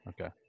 Okay